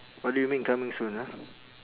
what do you mean coming soon ah